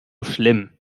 schlimm